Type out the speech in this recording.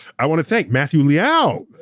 i wanna thank matthew liao.